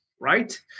right